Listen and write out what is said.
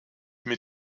mit